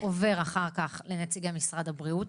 עובר אחר כך לנציגי משרד הבריאות.